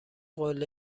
قله